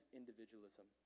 individualism